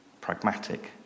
Pragmatic